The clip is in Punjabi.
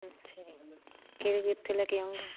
ਅੱਛਾ ਜੀ ਕੇਕ ਕਿੱਥੇ ਲੈ ਕੇ ਆਉਂਗੇ